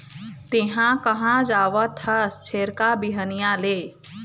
तेंहा कहाँ जावत हस छेरका, बिहनिया ले?